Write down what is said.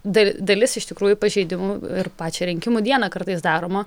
da dalis iš tikrųjų pažeidimų ir pačią rinkimų dieną kartais daroma